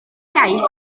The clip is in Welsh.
iaith